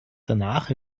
danach